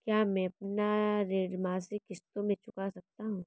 क्या मैं अपना ऋण मासिक किश्तों में चुका सकता हूँ?